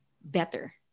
better